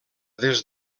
des